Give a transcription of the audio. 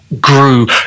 grew